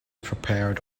prepared